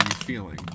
feeling